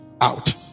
out